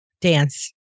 dance